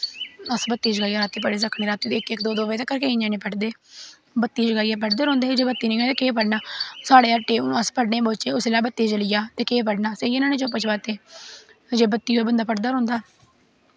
अस बत्ती जगाइयै रातीं पढ़ी सकने इक इक दो दो बजे तक ञ्यानें पढ़दे बत्ती जगाइयै पढ़दे रौंह्दे जे बत्ती नेईं होऐ ते केह् पढ़ना साढ़े अस अगर हून अस पढ़ने गी बौह्चै उसलै बत्ती चली जाऽ ते केह् पढ़ना सेई जाना चुप्प चपाते जे बत्ती होऐ बंदा पढ़दा रौंह्दा